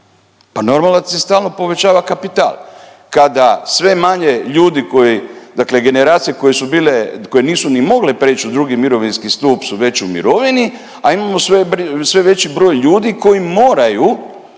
Pa normalno da ti se stalno povećava kapital kada sve manje ljudi koji dakle generacije koje su bile, koje nisu ni mogle prijeći u 2. mirovinski stup su već u mirovini, a imamo sve veći broj ljudi koji moraju,